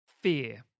fear